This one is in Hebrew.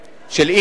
שקל של אי-ניצול,